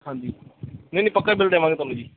ਹਾਂਜੀ ਨਹੀਂ ਨਹੀਂ ਪੱਕਾ ਬਿੱਲ ਦੇਵਾਂਗੇ ਤੁਹਾਨੂੰ ਜੀ